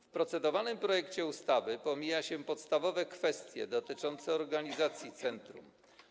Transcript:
W procedowanym projekcie ustawy pomija się podstawowe kwestie dotyczące organizacji centrum.